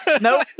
Nope